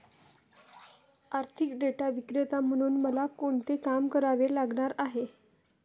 आर्थिक डेटा विक्रेता म्हणून मला कोणते काम करावे लागणार आहे?